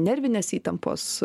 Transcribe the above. nervinės įtampos